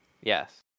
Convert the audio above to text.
Yes